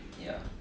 ya